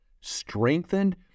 strengthened